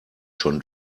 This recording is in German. schon